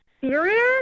serious